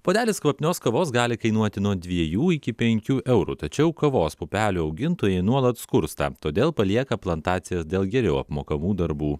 puodelis kvapnios kavos gali kainuoti nuo dviejų iki penkių eurų tačiau kavos pupelių augintojai nuolat skursta todėl palieka plantacijas dėl geriau apmokamų darbų